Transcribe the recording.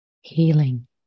healing